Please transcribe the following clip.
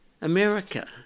America